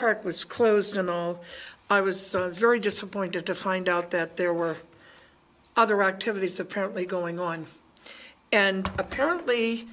park was closed and i was very disappointed to find out that there were other activities apparently going on and apparently